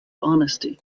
honesty